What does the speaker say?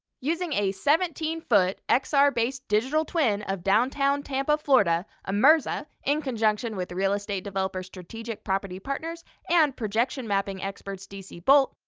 using a seventeen foot, xr-based digital twin of downtown tampa, florida, imerza, in conjunction with real estate developer strategic property partners and projection mapping experts dcbolt,